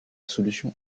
solution